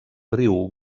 riu